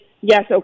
Yes